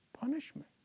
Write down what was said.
punishment